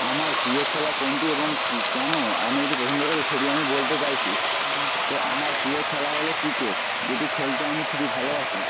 আমার প্রিয় খেলা কোনটি এবং কী কেন আমি এটি পছন্দ করি সেটি আমি বলতে চাইছি তো আমার প্রিয় খেলা হল ক্রিকেট যেটি খেলতে আমি খুবই ভালোবাসি